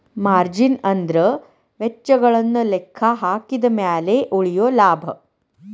margin ಅಂದ್ರ ವೆಚ್ಚಗಳನ್ನ ಲೆಕ್ಕಹಾಕಿದ ಮ್ಯಾಲೆ ಉಳಿಯೊ ಲಾಭ